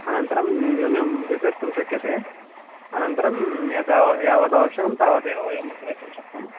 अनन्तरं न्यूनमपि कर्तुं शक्यते अनन्तरं यद् यावदावश्यकं तावदेव वयं क्रेतुं शक्नुमः